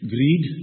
Greed